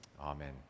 Amen